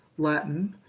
latin,